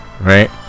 right